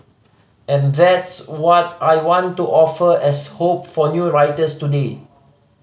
and that's what I want to offer as hope for new writers today